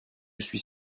suis